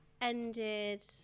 ended